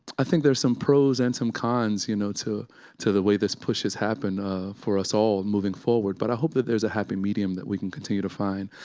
i think there's some pros and cons you know to to the way this push has happened for us all moving forward. but i hope that there's a happy medium that we can continue to find,